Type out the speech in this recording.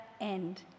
end